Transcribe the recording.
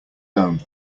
own